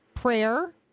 Prayer